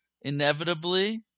Inevitably